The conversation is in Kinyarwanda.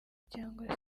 cyangwa